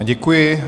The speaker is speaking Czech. Děkuji.